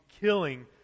killing